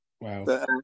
wow